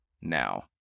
now